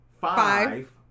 five